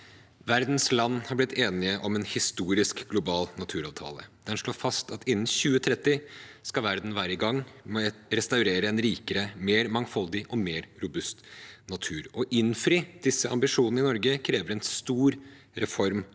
Verdens land har blitt enige om en historisk global naturavtale. Den slår fast at innen 2030 skal verden være i gang med å restaurere en rikere, mer mangfoldig og mer robust natur. Å innfri disse ambisjonene i Norge krever en stor reform av norsk